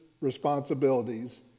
responsibilities